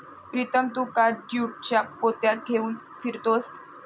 प्रीतम तू का ज्यूटच्या पोत्या घेऊन फिरतोयस